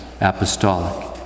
apostolic